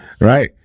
right